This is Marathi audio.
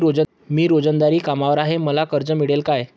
मी रोजंदारी कामगार आहे मला कर्ज मिळेल का?